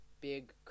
big